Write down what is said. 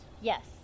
Yes